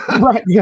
Right